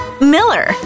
Miller